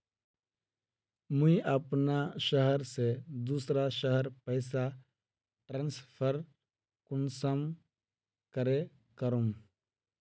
मुई अपना शहर से दूसरा शहर पैसा ट्रांसफर कुंसम करे करूम?